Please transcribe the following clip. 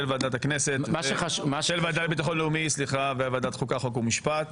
הוועדה לביטחון לאומי וועדת חוקה חוק ומשפט.